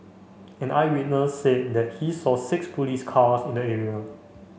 an eyewitness said that he saw six police cars in the area